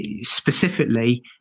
specifically